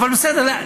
אבל בסדר.